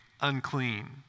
unclean